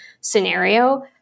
scenario